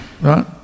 right